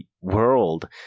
world